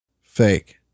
Fake